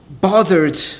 bothered